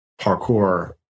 parkour